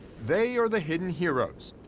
they are the hidden heroes,